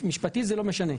משפטית זה לא משנה.